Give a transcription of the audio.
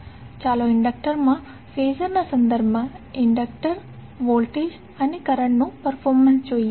ચાલો ઇન્ડડક્ટરમાં ફેઝરના સંદર્ભમાં ઇન્ડક્ટર વોલ્ટેજ અને કરંટનું પર્ફોર્મન્સ જોઈએ